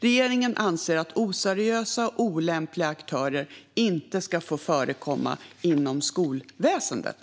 Regeringen anser att oseriösa och olämpliga aktörer inte ska få förekomma inom skolväsendet.